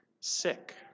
Sick